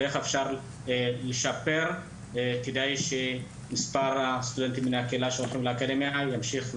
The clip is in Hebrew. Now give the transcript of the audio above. ואיך אפשר לשפר כדי שמספר הסטודנטים בני הקהילה ימשיך ויגדל,